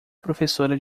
professora